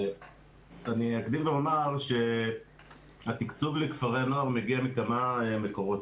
אני אקדים ואומר שהתקצוב לכפרי הנוער מגיע מכמה מקורות,